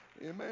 Amen